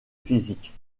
physiques